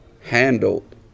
handled